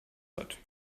hat